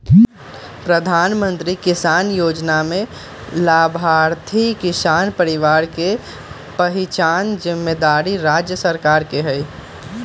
प्रधानमंत्री किसान जोजना में लाभार्थी किसान परिवार के पहिचान जिम्मेदारी राज्य सरकार के हइ